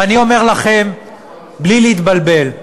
ואני אומר לכם בלי להתבלבל,